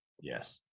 Yes